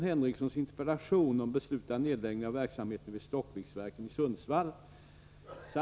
Herr talman!